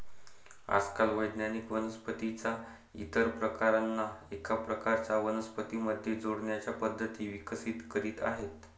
आजकाल वैज्ञानिक वनस्पतीं च्या इतर प्रकारांना एका प्रकारच्या वनस्पतीं मध्ये जोडण्याच्या पद्धती विकसित करीत आहेत